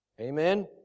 Amen